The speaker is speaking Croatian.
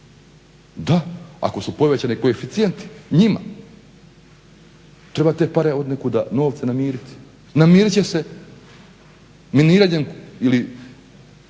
Da, ako su povećani koeficijenti njima, treba te novce od nekuda namiriti. Namirit će se miniranjem ili